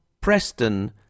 preston